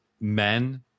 men